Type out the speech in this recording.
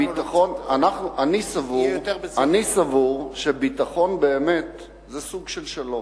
אני סבור שביטחון באמת זה סוג של שלום.